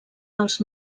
dels